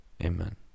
Amen